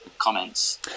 Comments